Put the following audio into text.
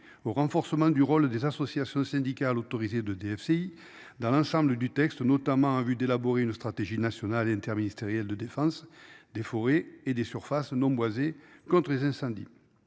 au renforcement du rôle des associations syndicales autorisées de DFCI dans l'ensemble du texte notamment en vue d'élaborer une stratégie nationale interministériel de défense des forêts et des surfaces non boisées contre les incendies.